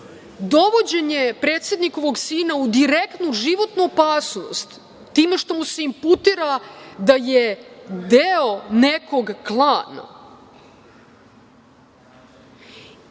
Dovođenje predsednikovog sina u direktnu životnu opasnost time što mu se imputira da je deo nekog klana